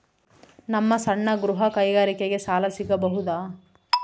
ನಮ್ಮ ಸಣ್ಣ ಗೃಹ ಕೈಗಾರಿಕೆಗೆ ಸಾಲ ಸಿಗಬಹುದಾ?